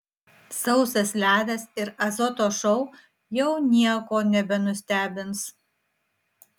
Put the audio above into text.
sausas ledas ir azoto šou jau nieko nebenustebins